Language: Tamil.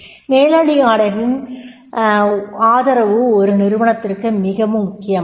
மேலாளர்களின் ஆதரவு ஒரு நிறுவனத்திற்கு மிக முக்கியமானது